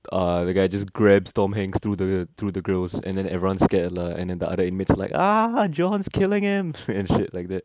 uh the guy just grabs tom hanks through the through the grills and then everyone scared lah and then the other inmates were like ah john's killing them and shit like that